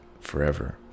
forever